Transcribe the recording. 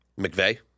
McVeigh